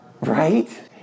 Right